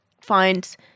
find